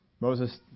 Moses